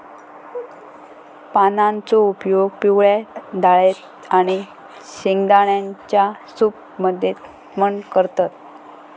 पानांचो उपयोग पिवळ्या डाळेत आणि शेंगदाण्यांच्या सूप मध्ये पण करतत